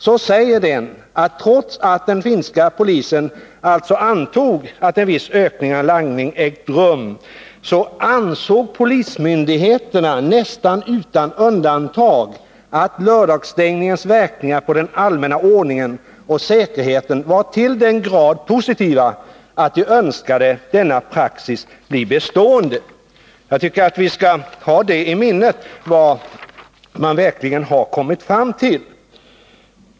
Där sägs att trots att den finska polisen antog att en viss ökning av langningen ägt rum, så ansåg polismyndigheterna nästan utan undantag att lördagsstängningens verkningar i fråga om den allmänna ordningen och säkerheten var till den grad positiva, att myndigheterna önskade att denna praxis skulle bli bestående. Jag tycker att vi skall ha i minnet vad man verkligen kommit fram till.